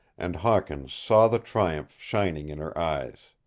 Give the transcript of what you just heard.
and hawkins saw the triumph shining in her eyes.